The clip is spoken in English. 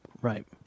Right